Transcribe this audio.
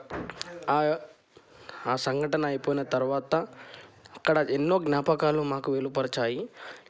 ఆ సంఘటన అయిపోయిన తర్వాత అక్కడ ఎన్నో జ్ఞాపకాలు మాకు విలుపరిచాయి